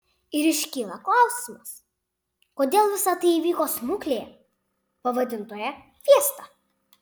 ir iškyla klausimas kodėl visa tai įvyko smuklėje pavadintoje fiesta